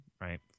right